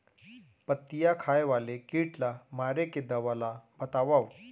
पत्तियां खाए वाले किट ला मारे के दवा ला बतावव?